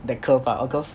the curve ah what curve